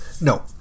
No